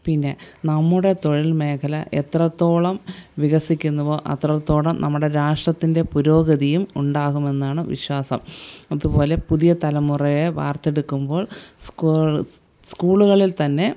പിന്നെ നമ്മുടെ തൊഴിൽ മേഖല എത്രത്തോളം വികസിക്കുന്നുവോ അത്രത്തോളം നമ്മുടെ രാഷ്ട്രത്തിൻ്റെ പുരോഗതിയും ഉണ്ടാകുമെന്നാണ് വിശ്വാസം അതുപോലെ പുതിയ തലമുറയെ വാർത്തെടുക്കുമ്പോൾ സ്കൂ സ്കൂളുകളിൽ തന്നെ